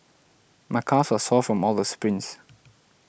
my calves are sore from all the sprints